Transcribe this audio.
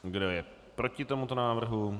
Kdo je proti tomuto návrhu?